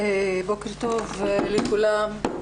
בוקר טוב לכולם,